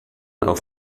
auf